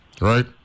Right